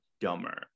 dumber